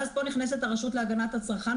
ואז פה נכנסת הרשות להגנת הצרכן,